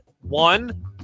one